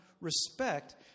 respect